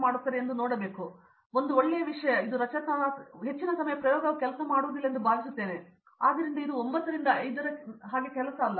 ಆದ್ದರಿಂದ ನಾನು ಹೆಚ್ಚಿನ ಸಮಯ ಪ್ರಯೋಗವು ಕೆಲಸ ಮಾಡುವುದಿಲ್ಲ ಎಂದು ಭಾವಿಸುತ್ತೇನೆ ಮತ್ತೆ ಒಂದು ಒಳ್ಳೆಯ ವಿಷಯ ಇದು ರಚನಾತ್ಮಕ ಅಲ್ಲ